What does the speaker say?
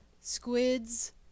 Squids